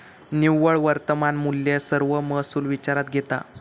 निव्वळ वर्तमान मुल्य सर्व महसुल विचारात घेता